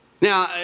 Now